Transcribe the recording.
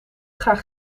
graag